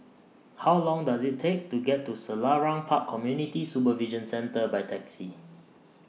How Long Does IT Take to get to Selarang Park Community Supervision Centre By Taxi